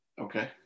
Okay